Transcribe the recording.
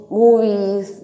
movies